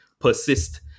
persist